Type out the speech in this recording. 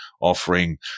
offering